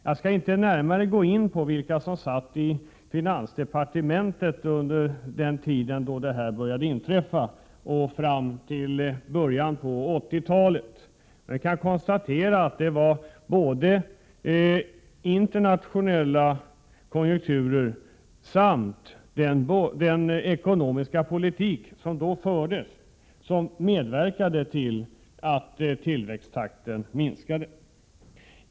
Jag skall inte närmare gå in på vilka som ledde arbetet i finansdepartementet vid den tiden och fram till början av 1980-talet. Jag kan konstatera att såväl Prot. 1987/88:100 «internationella konjunkturer som den ekonomiska politik som då fördes 14 april 1988 medverkade till att tillväxttakten minskade.